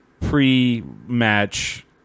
pre-match